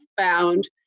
found